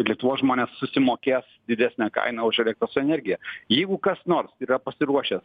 lietuvos žmonės susimokės didesnę kainą už elektros energiją jeigu kas nors yra pasiruošęs